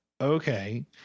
Okay